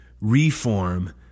reform